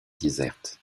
déserte